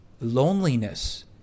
loneliness